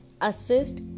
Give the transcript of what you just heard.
assist